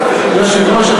יחימוביץ,